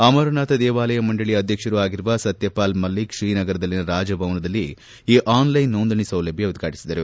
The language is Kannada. ಅಮರನಾಥ ದೇವಾಲಯ ಮಂಡಳಿಯ ಅಧ್ಯಕ್ಷರೂ ಆಗಿರುವ ಸತ್ಯಪಾಲ್ ಮಲ್ಲಿಕ್ ಶ್ರೀನಗರದಲ್ಲಿನ ರಾಜಭವನದಲ್ಲಿ ಈ ಆನ್ಲೈನ್ ನೋಂದಣಿ ಸೌಲಭ್ಞ ಉದ್ಘಾಟಿಸಿದರು